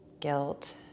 guilt